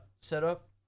setup